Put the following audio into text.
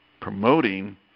promoting